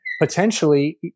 potentially